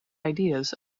ideas